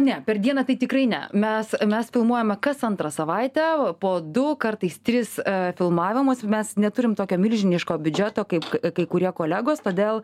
ne per dieną tai tikrai ne mes mes filmuojame kas antrą savaitę po du kartais tris filmavimus mes neturim tokio milžiniško biudžeto kaip kai kurie kolegos todėl